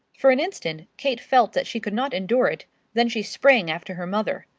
for an instant kate felt that she could not endure it then she sprang after her mother.